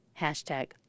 hashtag